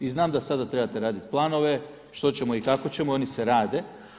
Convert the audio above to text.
I znam da sada trebate raditi planove što ćemo i kako ćemo, oni se rade.